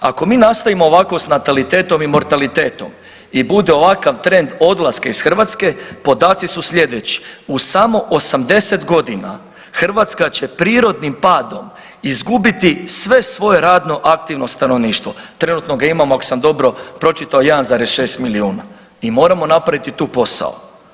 Ako mi nastavimo ovako s natalitetom i mortalitetom i bude ovakav trend odlaska iz Hrvatske podaci su slijedeći, u samo 80.g. Hrvatska će prirodnim padom izgubiti sve svoje radno aktivno stanovništvo, trenutno ga imamo ako sam dobro pročitao 1,6 milijuna i moramo napraviti tu posao.